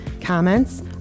comments